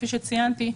כפי שציינתי.